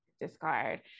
discard